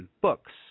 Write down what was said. books